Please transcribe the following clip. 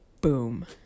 boom